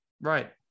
Right